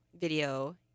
video